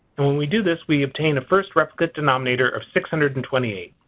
and when we do this we obtain a first replicate denominator of six hundred and twenty eight.